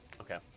Okay